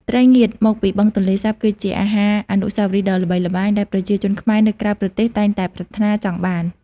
ត្រីងៀតមកពីបឹងទន្លេសាបគឺជាអាហារអនុស្សាវរីយ៍ដ៏ល្បីល្បាញ ដែលប្រជាជនខ្មែរនៅក្រៅប្រទេសតែងតែប្រាថ្នាចង់បាន។